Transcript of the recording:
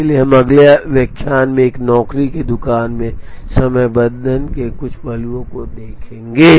इसलिए हम अगले व्याख्यान में एक नौकरी की दुकान में समयबद्धन के कुछ पहलुओं को देखेंगे